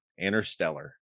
Interstellar